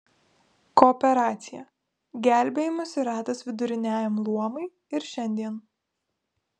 kooperacija gelbėjimosi ratas viduriniajam luomui ir šiandien